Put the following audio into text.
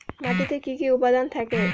মাটিতে কি কি উপাদান থাকে?